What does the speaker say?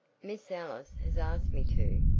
miss ellis has asked me to.